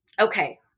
Okay